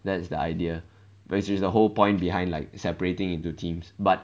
that's the idea which is the whole point behind like separating into teams but